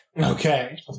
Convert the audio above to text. Okay